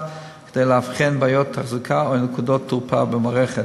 בדרך כלל נעשית כדי לאבחן בעיות תחזוקה או נקודות תורפה במערכת.